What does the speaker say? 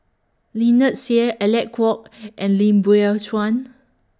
Lynnette Seah Alec Kuok and Lim Biow Chuan